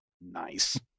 nice